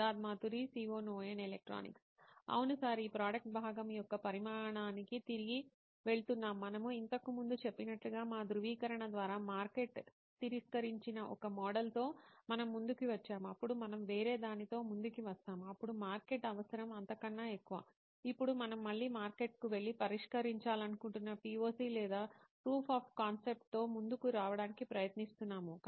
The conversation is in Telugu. సిద్ధార్థ్ మాతురి CEO నోయిన్ ఎలక్ట్రానిక్స్ అవును సర్ ఈ ప్రోడక్ట్ భాగం యొక్క పరిణామానికి తిరిగి వెళుతున్నాం మనము ఇంతకు ముందు చెప్పినట్లుగా మా ధ్రువీకరణ ద్వారా మార్కెట్ తిరస్కరించిన ఒక మోడల్తో మనము ముందుకు వచ్చాము అప్పుడు మనం వేరే దానితో ముందుకు వస్తాము అప్పుడు మార్కెట్ అవసరం అంతకన్నా ఎక్కువ ఇప్పుడు మనం మళ్ళీ మార్కెట్కు వెళ్లి పరీక్షించాలనుకుంటున్న POC లేదా ప్రూఫ్ అఫ్ కాన్సెప్ట్తో ముందుకు రావడానికి ప్రయత్నిస్తున్నాము